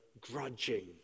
grudging